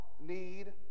need